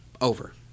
Over